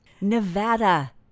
nevada